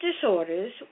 disorders